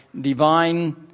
divine